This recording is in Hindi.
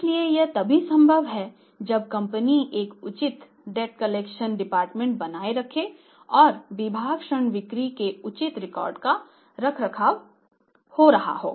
इसलिए यह तभी संभव है जब कंपनी एक उचित डेट कलेक्शन डिपार्टमेंट बनाए रखे और विभाग ऋण बिक्री के उचित रिकॉर्ड का रखरखाव कर रहा हो